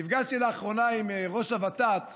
נפגשתי לאחרונה עם ראש הוות"ת,